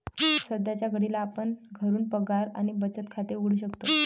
सध्याच्या घडीला आपण घरून पगार आणि बचत खाते उघडू शकतो